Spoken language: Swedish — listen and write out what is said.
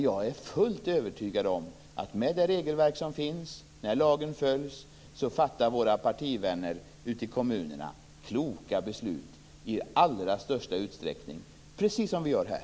Jag är fullt övertygad om att med det regelverk som finns och när lagen följs fattar våra partivänner ute i kommunerna kloka beslut i allra största utsträckning - precis som vi gör här.